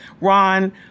Ron